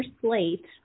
slate